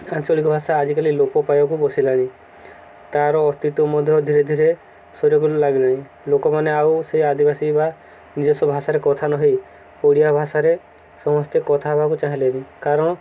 ଆଞ୍ଚଳିକ ଭାଷା ଆଜିକାଲି ଲୋପ ପାଇବାକୁ ବସିଲାଣି ତାର ଅସ୍ତିତ୍ୱ ମଧ୍ୟ ଧୀରେ ଧୀରେ ସରିବାକୁ ଲାଗିଲାଣି ଲୋକମାନେ ଆଉ ସେ ଆଦିବାସୀ ବା ନିଜସ୍ୱ ଭାଷାରେ କଥା ନ ହୋଇ ଓଡ଼ିଆ ଭାଷାରେ ସମସ୍ତେ କଥା ହେବାକୁ ଚାହିଁଲେଣି କାରଣ